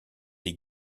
des